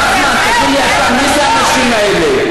נחמן, תגיד לי אתה, מי הם האנשים האלה?